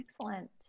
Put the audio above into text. Excellent